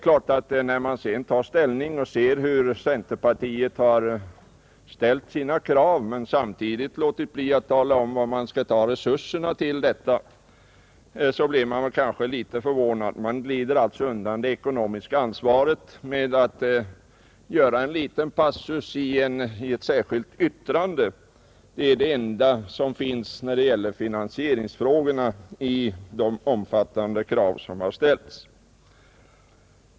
Men när vi sedan ser hur centerpartiet ställt sina krav och samtidigt låtit bli att tala om var man skall ta resurserna blir vi kanske litet förvånade. Man glider undan det ekonomiska ansvaret med en liten passus i ett särskilt yttrande. Det är det enda som sägs om finansieringsfrågorna i samband med de omfattande krav som har ställts.